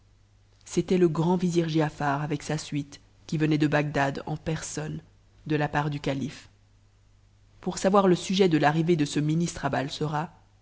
c'était le grand vizir giafar avec sa suite qui venait de bagdad personne de la part du calife pou savoir le sujet de l'arrivée de ce ministre a